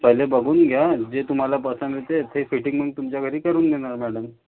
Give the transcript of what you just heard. पहिले बघून घ्या जे तुम्हाला पसंत आहेत ते फिटिंग मग तुमच्या घरी करून देणार मॅडम